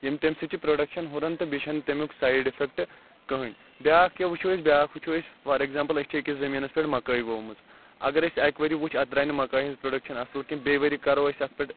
یِم تَمہِ سۭتۍ چھِ پُرٚوڈَکشن ہُران تہِ بیٚیہِ چھُ تَمیُک سایِڈ اِفیٚکٹہٕ کٕہٕنۍ بیاکھ کیاہ وٕچھو أسۍ بیاکھ وٕچھو أسۍ فار ایٚکزامپٕل أسۍ چھِ أکِس زٔمیٖنَس پٮ۪ٹھ مَکٲے وومٕژ اگر أسۍ اکہِ ؤرۍ یہِ وُچھ اَتھ درٛاے نہٕ مَکاے ہِنٛز پُرٛوڈِکشن اَصٕل کینٛہہ بیٚیہِ ؤرۍ یہٕ کَرو أسۍ اَتھ پٮ۪ٹھ